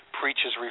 preaches